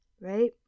right